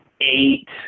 eight